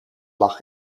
lag